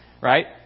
Right